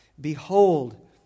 Behold